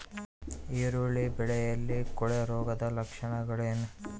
ಈರುಳ್ಳಿ ಬೆಳೆಯಲ್ಲಿ ಕೊಳೆರೋಗದ ಲಕ್ಷಣಗಳೇನು?